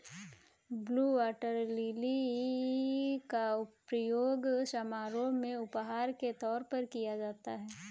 blue water lily का प्रयोग समारोह में उपहार के तौर पर किया जाता है